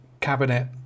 cabinet